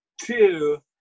two